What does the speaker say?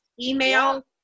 email